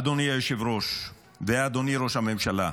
אדוני היושב-ראש ואדוני ראש הממשלה,